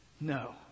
No